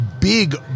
big